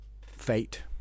fate